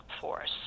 force